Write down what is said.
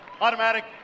Automatic